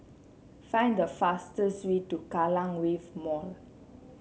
find the fastest way to Kallang Wave Mall